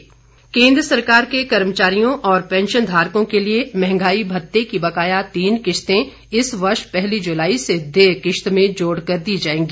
महंगाई भता केन्द्र सरकार के कर्मचारियों और पैंशनधारकों के लिए महंगाई भत्ते की बकाया तीन किस्तें इस वर्ष पहली जुलाई से देय किस्त में जोड़कर दी जायेंगी